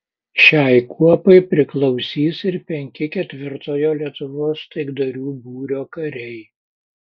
šiai kuopai priklausys ir penki ketvirtojo lietuvos taikdarių būrio kariai